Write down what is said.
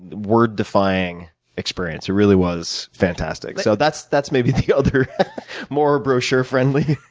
word defying experience. it really was fantastic. so that's that's maybe the other more brochure friendly